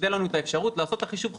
שתינתן לנו האפשרות לעשות את החישוב חודשי.